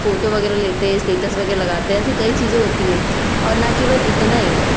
photo वगैरह लेते है स्टेटस वगैरह लगाते है ऐसी कई चीज़ें होती है और ना केवल इतना ही